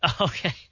Okay